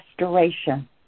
restoration